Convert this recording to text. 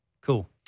cool